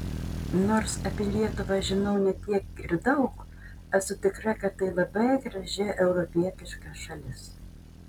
nors apie lietuvą žinau ne tiek ir daug esu tikra kad tai labai graži europietiška šalis